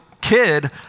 kid